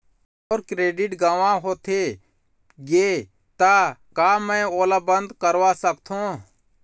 मोर credit गंवा होथे गे ता का मैं ओला बंद करवा सकथों?